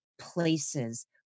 places